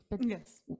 yes